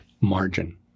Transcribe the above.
margin